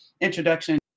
introduction